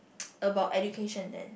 about education then